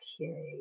okay